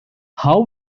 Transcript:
how